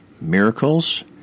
miracles